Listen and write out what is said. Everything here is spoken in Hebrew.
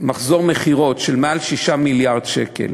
מחזור מכירות של מעל 6 מיליארד שקל,